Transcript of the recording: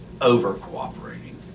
over-cooperating